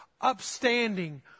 upstanding